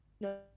no